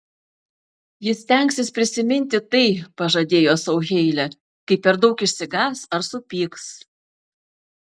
ji stengsis prisiminti tai pažadėjo sau heilė kai per daug išsigąs ar supyks